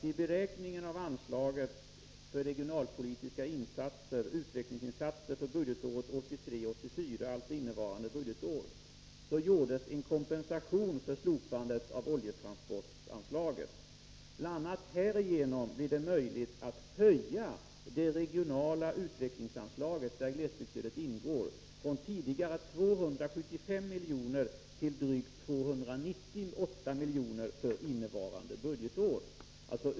Vid beräkningen av anslaget för regionalpolitiska utvecklingsinsatser för budgetåret 1983/84, alltså inneva rande budgetår, gjordes en kompensation för slopandet av oljetransportanslaget. Bl. a. härigenom blir det möjligt att höja det regionala utvecklingsanslaget, där glesbygdsstödet ingår, från tidigare 275 milj.kr. till drygt 298 milj.kr. för innevarande budgetår.